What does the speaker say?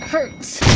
hurts. ooh!